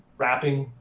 wrapping.